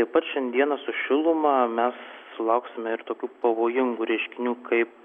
taip pat šiandieną su šiluma mes sulauksime ir tokių pavojingų reiškinių kaip